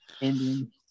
Indian